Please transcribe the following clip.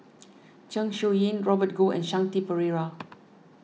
Zeng Shouyin Robert Goh and Shanti Pereira